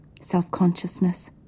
self-consciousness